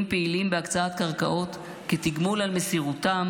פעילים בהקצאת קרקעות כתגמול על מסירותם,